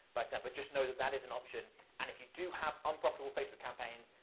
but but just know that that is an option and if you do have unprofitable facebook campaigns,